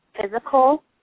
physical